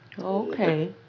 Okay